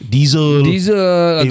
Diesel